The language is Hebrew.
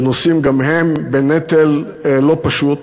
שנושאים גם הם בנטל לא פשוט.